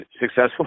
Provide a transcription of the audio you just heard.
successful